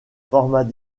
format